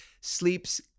sleeps